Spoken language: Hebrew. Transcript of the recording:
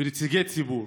ונציגי ציבור.